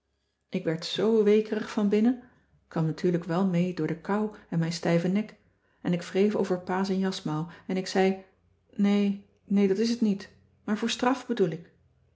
ik werd zoo weekerig van binnen t kwam natuurlijk wel mee door de kou en mijn stijve nek en ik wreef over pa zijn jasmouw en ik zei nee nee dat is t niet maar voor straf bedoel ik